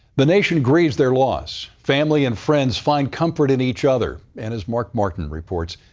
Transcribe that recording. the nation grieves their loss. family and friends find comfort in each other, and as mark martin reports,